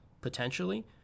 potentially